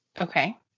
Okay